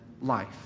life